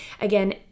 Again